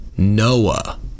Noah